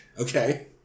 Okay